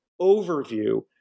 overview